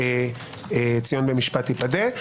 צִיּוֹן בְּמִשְׁפָּט תִּפָּדֶה.